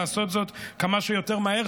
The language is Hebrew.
לעשות זאת כמה שיותר מהר,